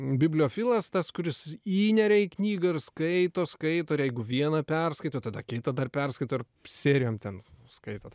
bibliofilas tas kuris įneria į knygą ir skaito skaito ir jeigu vieną perskaito tada kitą dar perskaito ir serijom ten skaitot